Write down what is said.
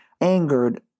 angered